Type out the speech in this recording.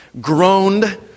groaned